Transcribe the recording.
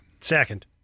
Second